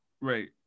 right